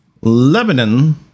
Lebanon